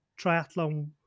triathlon